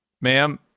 Ma'am